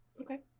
Okay